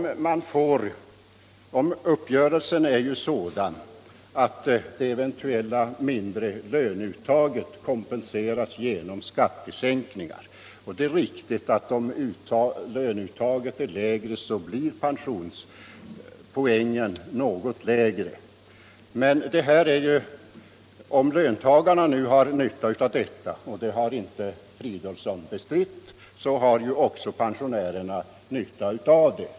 Uppgörelsen är ju sådan att den eventuellt mindre lönehöjningen kompenseras genom skattesänkning. Det är riktigt att om löneuttaget är lägre, så blir också pensionspoängen något lägre. Men om löntagarna nu har nytta av detta — och det har herr Fridolfsson inte bestridit — så har också pensionärerna nytta av det.